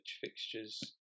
fixtures